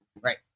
Right